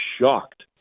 shocked